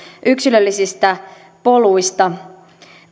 yksilöllisistä poluista